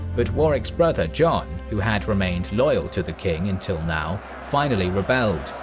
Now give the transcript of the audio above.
but warwick's brother john, who had remained loyal to the king until now, finally rebelled,